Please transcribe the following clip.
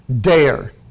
dare